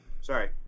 Sorry